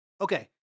Okay